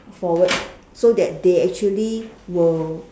forward so that they actually will